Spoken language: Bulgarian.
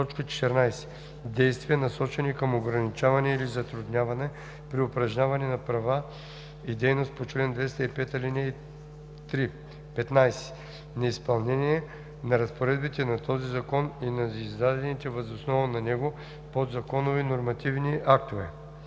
„14. действия, насочени към ограничаване или затрудняване при упражняване на права и дейност по чл. 205, ал. 3; 15. неизпълнение на разпоредбите на този закон и на издадените въз основа на него подзаконови нормативни актове.“